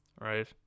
right